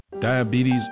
diabetes